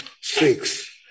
six